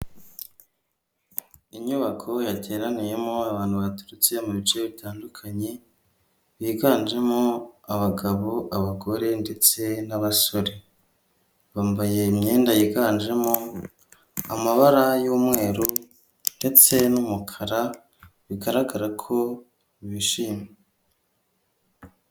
Inyubako yateraniyemo abantu baturutse mu bice bitandukanye, biganjemo abagabo, abagore ndetse n'abasore, bambaye imyenda yiganjemo amabara y'umweru ndetse n'umukara, bigaragara ko bishimye.